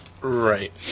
Right